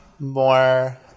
More